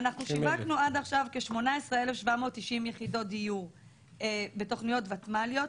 אנחנו שיווקנו עד עכשיו כ-18,790 יחידות דיור בתוכניות ותמ"ליות.